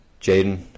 Jaden